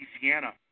Louisiana